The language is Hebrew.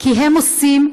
כי הם עושים,